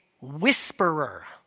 whisperer